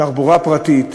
תחבורה פרטית,